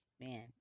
man